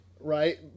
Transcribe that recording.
right